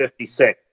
56